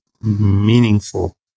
meaningful